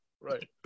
right